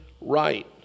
right